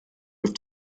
with